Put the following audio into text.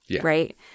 right